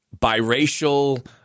biracial